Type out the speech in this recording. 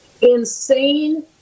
insane